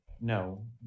no